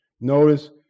Notice